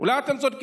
אולי אתם צודקים,